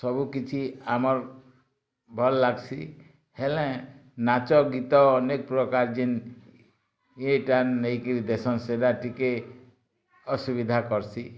ସବୁକିଛି ଆମର ଭଲ ଲାଗସି ହେଲେଁ ନାଚ ଗୀତ ଅନେକପ୍ରକାର ଜିନ ଏଇଟା ନେଇକି ଦେଶସାରା ଟିକେ ଅସୁବିଧା କରସି